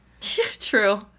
True